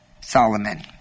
Solomon